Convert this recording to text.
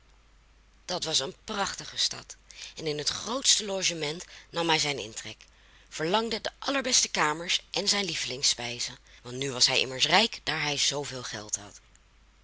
dat was een prachtige stad en in het grootste logement nam hij zijn intrek verlangde de allerbeste kamers en zijn lievelingsspijzen want nu was hij immers rijk daar hij zoo veel geld had